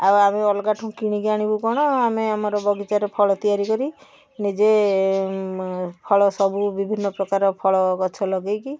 ଆଉ ଆମେ ଅଲଗା ଠୁ କିଣିକି ଆଣିବୁ କ'ଣ ଆମେ ଆମର ବଗିଚାରେ ଫଳ ତିଆରି କରି ନିଜେ ଫଳ ସବୁ ବିଭିନ୍ନ ପ୍ରକାର ଫଳଗଛ ଲଗେଇକି